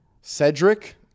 Cedric